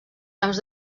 camps